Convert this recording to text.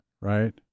right